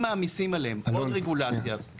מעמיסים עליהם עוד רגולציה ועוד רגולציה,